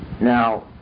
Now